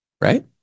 Right